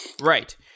Right